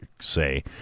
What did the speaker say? say